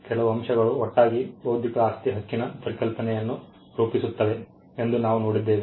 ಕೆಲವು ಅಂಶಗಳು ಒಟ್ಟಾಗಿ ಬೌದ್ಧಿಕ ಆಸ್ತಿ ಹಕ್ಕಿನ ಪರಿಕಲ್ಪನೆಯನ್ನು ರೂಪಿಸುತ್ತವೆ ಎಂದು ನಾವು ನೋಡಿದ್ದೇವೆ